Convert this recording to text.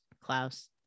Klaus